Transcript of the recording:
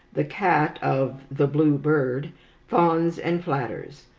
the cat of the blue bird fawns and flatters,